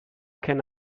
can